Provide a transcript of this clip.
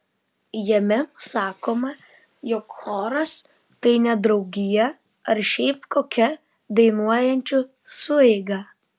jame sakoma jog choras tai ne draugija ar šiaip kokia dainuojančių sueiga